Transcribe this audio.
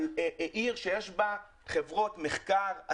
על עיר שיש בה חברות מחקר,